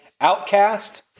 outcast